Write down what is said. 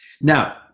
Now